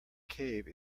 cave